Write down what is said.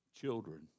children